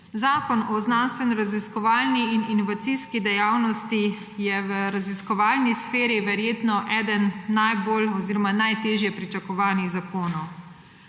Zakon o znanstvenoraziskovalni in inovacijski dejavnosti je v raziskovalni sferi verjetno eden najbolj oziroma najtežje pričakovanih zakonov.